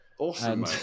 Awesome